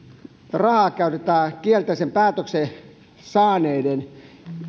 rahaa käytetään kielteisen päätöksen saaneiden